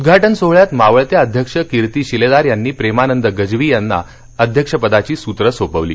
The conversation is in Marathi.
उद्घाटन सोहळ्यात मावळत्या अध्यक्ष कीर्ती शिलेदार यांनी प्रेमानंद गज्वी यांना अध्यक्षपदाची सुत्रे सोपवली